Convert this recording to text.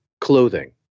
clothing